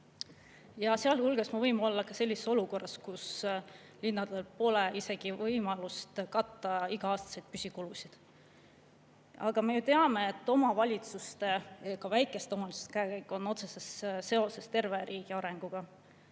Sealhulgas me võime olla sellises olukorras, kus linnades pole isegi võimalust katta iga-aastaseid püsikulusid. Aga me teame, et omavalitsuste, ka väikeste omavalitsuste käekäik on otseses seoses terve riigi arenguga.